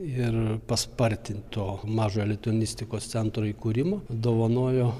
ir paspartint to mažojo lituanistikos centro įkūrimą dovanojo